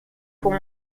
pour